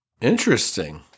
Interesting